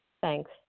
Thanks